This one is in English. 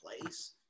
place